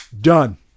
done